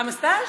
חמסטאש?